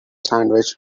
sandwich